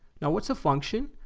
now what's a function.